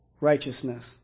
righteousness